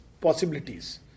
possibilities